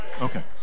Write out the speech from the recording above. Okay